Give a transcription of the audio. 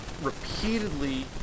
repeatedly